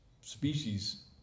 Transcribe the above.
species